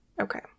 Okay